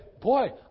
boy